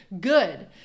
good